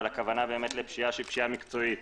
אבל הכוונה לפשיעה שהיא פשיעה מקצועית,